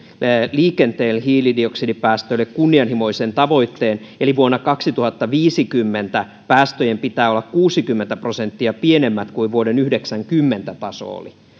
liikenteen hiilidioksidipäästöille kunnianhimoisen tavoitteen eli vuonna kaksituhattaviisikymmentä päästöjen pitää olla kuusikymmentä prosenttia pienemmät kuin vuoden yhdeksänkymmentä taso oli